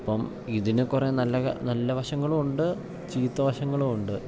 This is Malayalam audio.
അപ്പം ഇതിന് കുറേ നല്ല നല്ല വശങ്ങളും ഉണ്ട് ചീത്ത വശങ്ങളും ഉണ്ട്